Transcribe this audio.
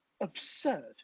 absurd